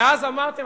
ואז אמרתם,